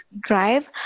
drive